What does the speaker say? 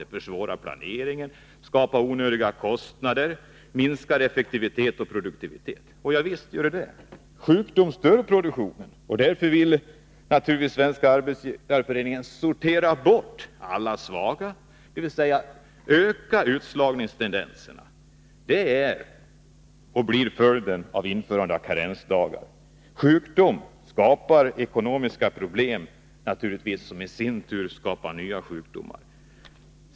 Den försvårar planeringen, skapar onödiga kostnader, minskar effektivitet och produktivitet. Ja, visst är ået så. Sjukdom stör produktionen. Därför vill naturligtvis Svenska arbetsgivareföreningen sortera bort alla svaga, dvs. förstärka utslagningstendenserna. Det är följden av att införa karensdagar. Sjukdom skapar ekonomiska problem, som i sin tur skapar nya sjukdomar.